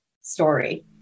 story